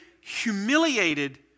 humiliated